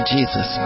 Jesus